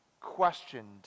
questioned